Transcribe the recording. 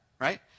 right